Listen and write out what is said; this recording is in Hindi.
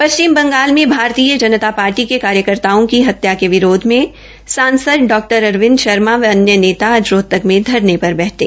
पश्चिम बंगाल में भारतीय जनता पार्टी के कार्यकर्ताओं की हत्या के विरोध मे सांसद डॉ अरविंद शर्मा व अन्य नेता आज रोहतक में धरने पर बैंठे